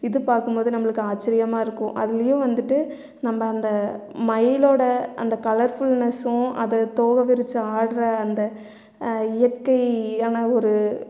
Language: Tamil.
இது பார்க்கும்போது நம்மளுக்கு ஆச்சரியமாக இருக்கும் அதுலேயும் வந்துட்டு நம்ம அந்த மயிலோடய அந்த கலர்ஃபுல்னஸ்சும் அது தோகை விரித்து ஆடுற அந்த இயற்கையான ஒரு